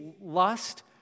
lust